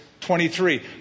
23